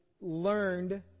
learned